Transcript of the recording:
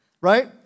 Right